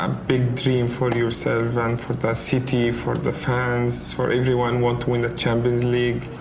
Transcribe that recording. um big dream for yourself and for the city, for the fans, for everyone want to win the champions league.